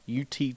UT